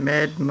Mad